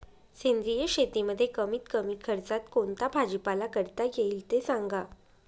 सेंद्रिय शेतीमध्ये कमीत कमी खर्चात कोणता भाजीपाला करता येईल ते सांगा